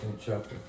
chapter